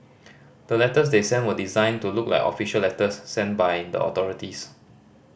the letters they sent were designed to look like official letters sent by the authorities